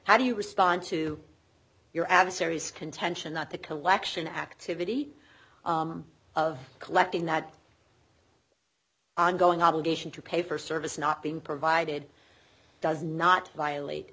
how do you respond to your adversary's contention that the collection activity of collecting that ongoing obligation to pay for service not being provided does not violate